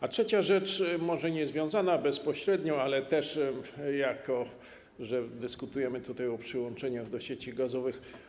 A trzecia rzecz, może niezwiązana bezpośrednio, ale jako że dyskutujemy o przyłączeniu do sieci gazowych.